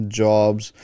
jobs